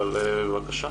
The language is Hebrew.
אבל בבקשה,